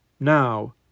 Now